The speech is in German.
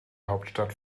hauptstadt